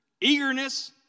eagerness